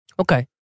Okay